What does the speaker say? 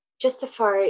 justify